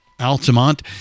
Altamont